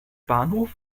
bahnhof